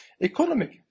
Economic